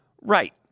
Right